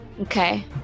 Okay